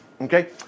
Okay